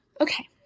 Okay